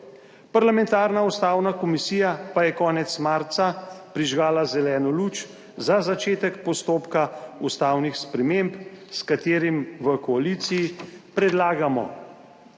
Parlamentarna ustavna komisija pa je konec marca prižgala zeleno luč za začetek postopka ustavnih sprememb, s katerimi v koaliciji predlagamo